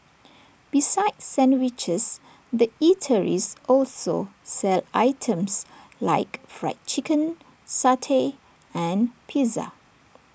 besides sandwiches the eateries also sell items like Fried Chicken satay and pizza